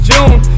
June